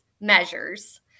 measures